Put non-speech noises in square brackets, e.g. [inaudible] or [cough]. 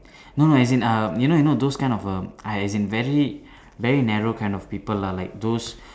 no no as in um you know you know those kind of um [noise] as in very very narrow kind of people lah like those